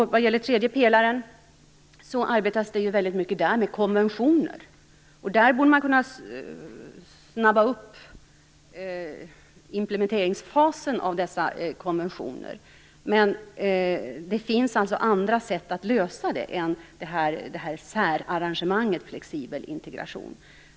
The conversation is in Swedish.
Inom tredje pelaren arbetas det väldigt mycket med konventioner, och man borde kunna snabba upp dessas implementeringsfas. Det finns alltså andra sätt att lösa det än via särarrangemanget flexibel integration.